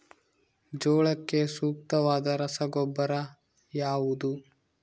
ಜೋಳಕ್ಕೆ ಸೂಕ್ತವಾದ ರಸಗೊಬ್ಬರ ಯಾವುದು?